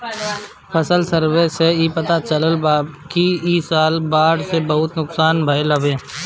फसल सर्वे से इ पता चलल बाकि इ साल बाढ़ से बहुते नुकसान भइल हवे